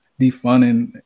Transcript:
defunding